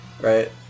right